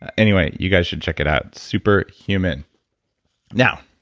anyway, you guys should check it out. superhuman now